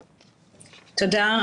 תודה.